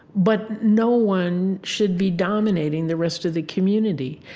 but no one should be dominating the rest of the community.